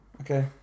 Okay